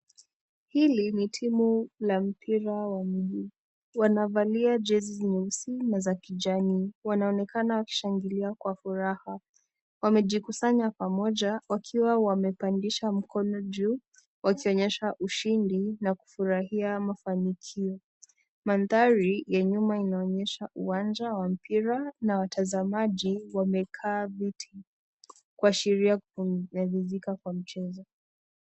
Hili ni timu la mpira wa miguu, wanavalia jezi nyeusi na za kijani. Wanaonekana wakishangilia kwa furaha. Wamejikusanya pamoja wakiwa wamepandisha mkono juu, wakionyesha ushindi na kufurahia mafanikio. Mandhari ya nyuma inaonyesha uwanja wa mpira na watazamaji wamekaa viti, kuashiria kumalizika kwa mchezo.